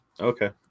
Okay